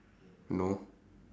no